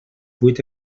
vuit